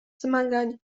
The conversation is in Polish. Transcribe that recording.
zmagań